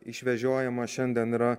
išvežiojama šiandien yra